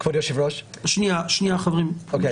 אמנון,